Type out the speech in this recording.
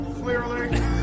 Clearly